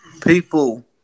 people